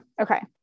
Okay